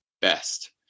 best